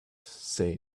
say